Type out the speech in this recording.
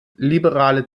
liberale